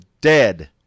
dead